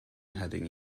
heading